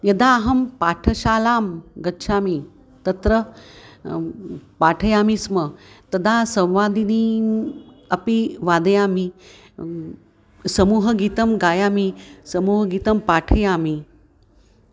यदा अहं पाठशालां गच्छामि तत्र पाठयामि स्म तदा संवादिनीम् वादयामि समूहगीतं गायामि समूहगीतं पाठयामि